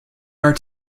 are